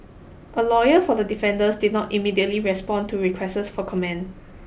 a lawyer for the defenders did not immediately respond to requests for comment